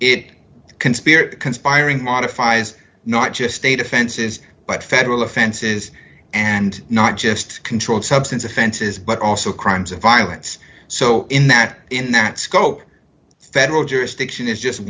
it conspiracy conspiring modifies not just state offenses but federal offenses and not just controlled substance offenses but also crimes of violence so in that in that scope federal jurisdiction is just